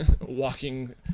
walking